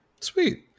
sweet